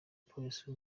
polisi